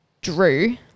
Drew